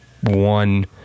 one